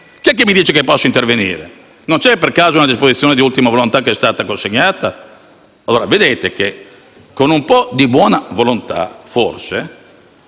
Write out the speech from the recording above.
Allora chi mi dice che posso intervenire? C'è per caso una disposizione di ultima volontà che è stata consegnata? Forse basterebbe un po' di buona volontà, essendo